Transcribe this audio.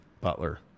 Butler